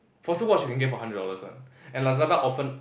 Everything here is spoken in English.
for some watch you can get for hundred dollars one and Lazada often